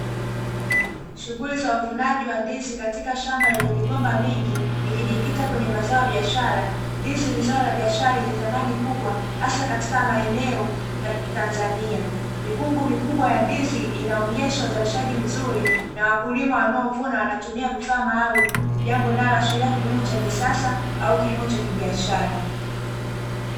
Shughuli za uvunaji wa ndizi katika shamba lenye migomba mingi ikijikita kwenye mazao ya biashara. Ndizi ni zao la biashara yenye thamani kubwa hasa katika maeneo la kitanzania. Mikungu mikubwa ya ndizi inaonyesha uzalishaji mzuri na wakulima wanaovuna wanatumia vifaa maalumu jambo linaloashiria kilimo cha kisasa au kilimo cha kibiashara.